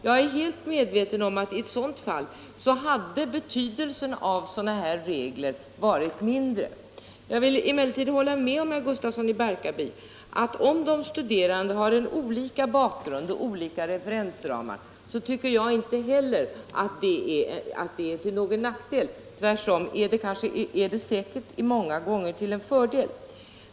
Jag är helt medveten om att i ett sådant fall hade betydelsen av sådana här regler varit mindre. Jag vill emellertid hålla med herr Gustafsson i Barkarby om att om de studerande har olika bakgrund och olika referensramar är detta inte till någon nackdel — tvärtom är det säkert många gånger till fördel.